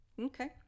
Okay